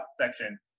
section